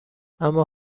اما